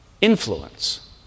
influence